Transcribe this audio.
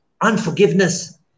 unforgiveness